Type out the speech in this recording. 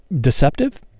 deceptive